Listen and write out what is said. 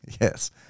Yes